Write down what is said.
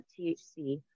THC